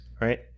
right